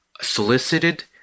solicited